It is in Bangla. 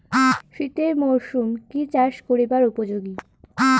শীতের মরসুম কি চাষ করিবার উপযোগী?